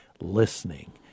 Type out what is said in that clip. listening